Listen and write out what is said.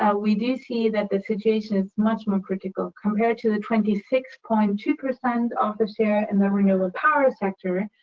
ah we do see that the situation is much more critical, compared to the twenty six point two percent of the share in the renewable power sector,